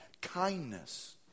Kindness